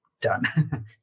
done